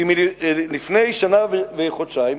כי לפני שנה וחודשיים,